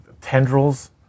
tendrils